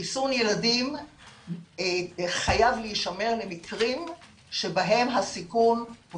חיסון ילדים חייב להישמר למקרים שבהם הסיכון הוא